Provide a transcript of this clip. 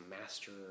master